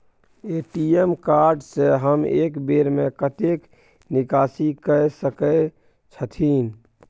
ATM card से हम एक बेर में कतेक निकासी कय सके छथिन?